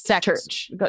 church